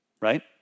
right